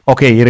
Okay